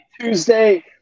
Tuesday